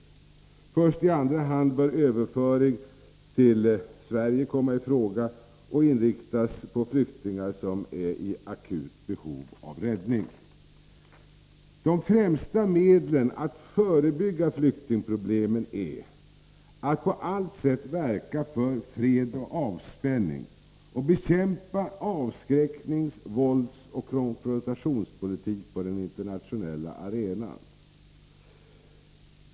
Först i andra hand bör överföring till Sverige komma i fråga och då inriktas på flyktingar som är i akut behov av räddning. De främsta medlen för att förebygga flyktingproblemen är att på allt sätt verka för fred och avspänning och bekämpa avskräcknings-, våldoch konfrontationspolitiken på den internationella arenan.